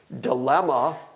dilemma